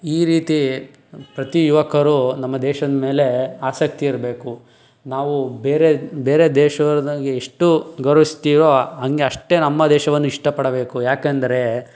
ಈ ರೀತಿ ಪ್ರತಿ ಯುವಕರು ನಮ್ಮ ದೇಶದ ಮೇಲೆ ಆಸಕ್ತಿ ಇರಬೇಕು ನಾವು ಬೇರೆ ಬೇರೆ ದೇಶ್ದೋರ್ಗೆ ಎಷ್ಟು ಗೌರವಿಸ್ತೀವೋ ಹಾಗೆ ಅಷ್ಟು ನಮ್ಮ ದೇಶವನ್ನು ಇಷ್ಟಪಡಬೇಕು ಯಾಕೆಂದರೆ